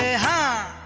and